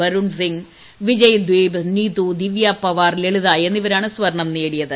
ബരുൺ സിംഗ് വിജയ്ദ്ധീപ് നീതു ദിവ്യപവാർ ലളിത എന്നിവരാണ് സ്വർണം നേടിയത്